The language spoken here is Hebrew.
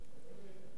לא, אני לא מדייק?